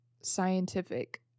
scientific